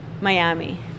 Miami